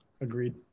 Agreed